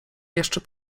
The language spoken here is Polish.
jeszcze